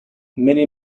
many